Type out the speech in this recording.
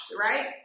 Right